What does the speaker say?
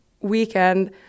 weekend